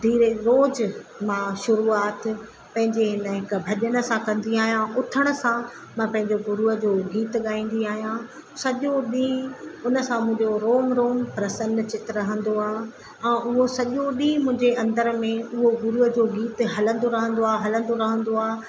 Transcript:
धीरे रोज़ मां शुरुआत पंहिंजे इन हिकु भॼन सां कंदी आहियां उथण सां मां पैंजो गुरुअ जो गीत गाईंदी आहियां सॼो ॾींहुं उन सां मुंजो रोम रोम प्रसन चित रहंदो आहे ऐं उहो सॼो ॾींहुं मुंहिंजे अंदर में उअ गुरुअ जो गीत हलंदो रहंदो आहे हलंदो रहंदो आहे